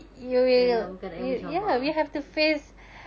dalam keadaan yang mencabar